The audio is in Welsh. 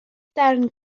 darn